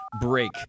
break